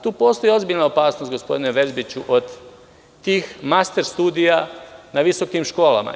Tu postoji ozbiljna opasnost, gospodine Verbiću, od tih master studija na visokim školama.